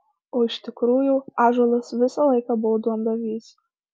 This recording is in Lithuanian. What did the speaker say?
o iš tikrųjų ąžuolas visą laiką buvo duondavys